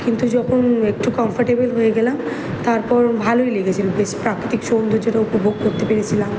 কিন্তু যখন একটু কম্ফোর্টেবল হয়ে গেলাম তারপর ভালোই লেগেছিল বেশ প্রাকৃতিক সৌন্দর্যটা উপভোগ করতে পেরেছিলাম